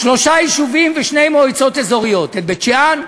שלושה יישובים ושתי מועצות אזוריות, את בית-שאן,